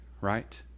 right